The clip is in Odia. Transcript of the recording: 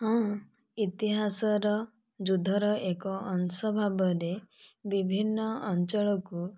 ହଁ ଇତିହାସ ର ଯୁଦ୍ଧର ଏକ ଅଂଶ ଭାବରେ ବିଭିନ୍ନ ଅଞ୍ଚଳକୁ